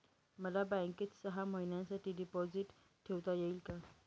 मला बँकेत सहा महिन्यांसाठी डिपॉझिट ठेवता येईल का?